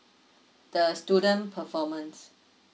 the student performance